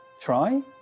try